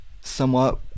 somewhat